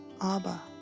Abba